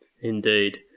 Indeed